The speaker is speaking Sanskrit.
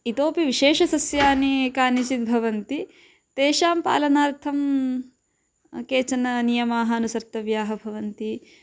इतोपि विशेषसस्यानि कानिचिद् भवन्ति तेषां पालनार्थं केचन नियमाः अनुसर्तव्याः भवन्ति